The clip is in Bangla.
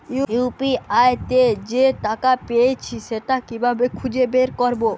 ইউ.পি.আই তে যে টাকা পেয়েছি সেটা কিভাবে খুঁজে বের করবো?